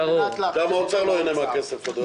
על מנת להחזיר אותו לאוצר.